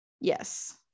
yes